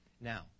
Now